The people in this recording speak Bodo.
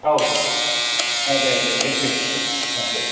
औ औ दे दे थेंक इउ दे दे